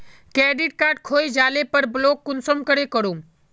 Credit card खोये जाले पर ब्लॉक कुंसम करे करूम?